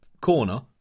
corner